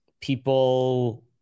people